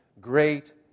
Great